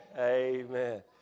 amen